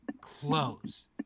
close